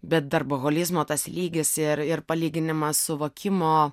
bet darboholizmo tas lygis ir ir palyginimas suvokimo